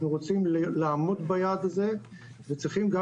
אנחנו רוצים לעמוד ביעד הזה וצריכים גם